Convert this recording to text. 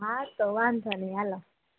હા તો વાંધો નઈ હાલો